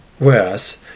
Whereas